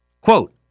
Quote